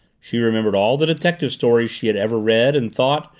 she remembered all the detective stories she had ever read and thought,